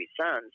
sons